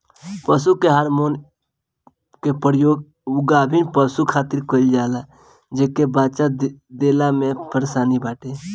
पशु के हार्मोन के प्रयोग उ गाभिन पशु खातिर कईल जाला जेके बच्चा देला में परेशानी बाटे